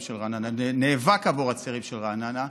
של רעננה ונאבק עבור הצעירים של רעננה,